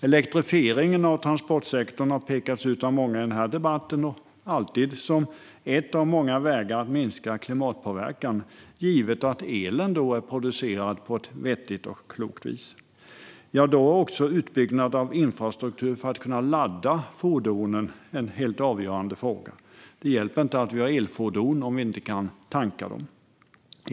Elektrifieringen av transportsektorn har pekats ut av många i debatten som en av många vägar för att minska klimatpåverkan, givet att elen är producerad på ett vettigt och klokt vis. Då är en utbyggnad av infrastruktur för att kunna ladda fordonen en helt avgörande fråga. Det hjälper inte att ha elfordon om vi inte kan tanka dem.